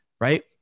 right